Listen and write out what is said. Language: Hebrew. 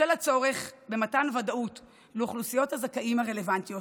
בשל הצורך במתן ודאות לאוכלוסיות הזכאים הרלוונטיות